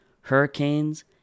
hurricanes